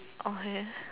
okay